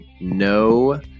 no